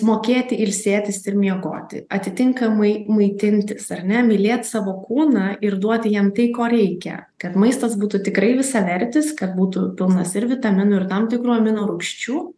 mokėti ilsėtis ir miegoti atitinkamai maitintis ar ne mylėt savo kūną ir duoti jam tai ko reikia kad maistas būtų tikrai visavertis kad būtų pilnas ir vitaminų ir tam tikrų aminorūgščių